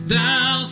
Thou